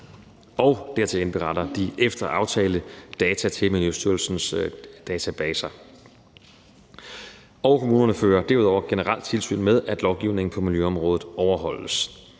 Dertil indberetter de efter aftale data til Miljøstyrelsens databaser. Kommunerne fører derudover generelt tilsyn med, at lovgivningen på miljøområdet overholdes.